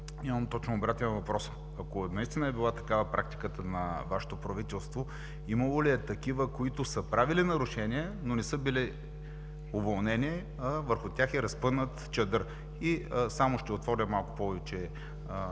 имам точно обратен въпрос: Ако наистина практиката на Вашето правителство е била такава, имало ли е такива, които са правили нарушения, но не са били уволнени, а върху тях е разпънат чадър? Само ще отворя малко повече